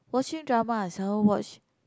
watching drama I seldom watch